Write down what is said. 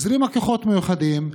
היא הזרימה כוחות מיוחדים,